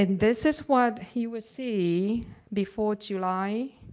and this is what he will see before july